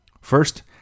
First